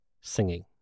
singing